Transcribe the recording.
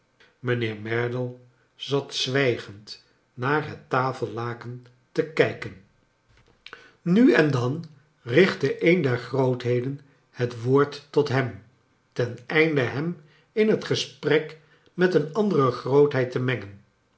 mijnheer merdle zat zwijgend naar het tafellaken te kijken nu en dan richtte een der grootheden het woord tot hem ten einde hem in het gesprek met een andere grootheid te mengen